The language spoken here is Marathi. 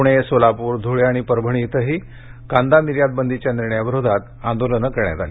पुणे सोलापूर धुळे आणि परभणी इथंही कांदा निर्यातबंदीच्या निर्णयाविरोधात आंदोलनं करण्यात आली